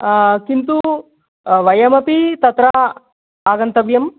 किन्तु वयमपि तत्र आगन्तव्यम्